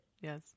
Yes